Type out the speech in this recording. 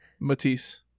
Matisse